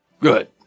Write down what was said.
Good